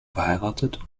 verheiratet